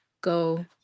go